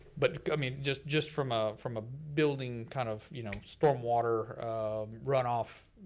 but, i mean just just from ah from a building kind of you know storm water um runoff